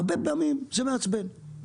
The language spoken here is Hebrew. הרבה פעמים זה מעצבן.